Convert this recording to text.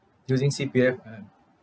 using C_P_F and